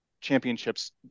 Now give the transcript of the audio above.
championships